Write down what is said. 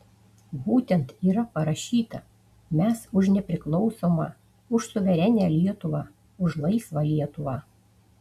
būtent yra parašyta mes už nepriklausomą už suverenią lietuvą už laisvą lietuvą